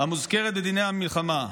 המוזכרת בדיני המלחמה,